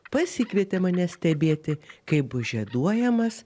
pasikvietė mane stebėti kaip bus žieduojamas